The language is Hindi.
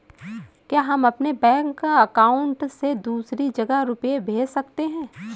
क्या हम अपने बैंक अकाउंट से दूसरी जगह रुपये भेज सकते हैं?